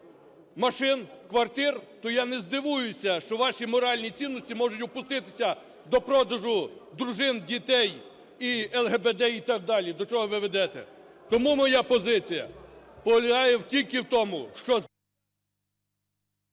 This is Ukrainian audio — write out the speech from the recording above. машин, квартир, то я не здивуюся, що ваші моральні цінності можуть опуститися до продажу дружин, дітей і ЛГБТ і так далі, до чого ви ведете. Тому моя позиція полягає тільки в тому, що…